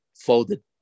folded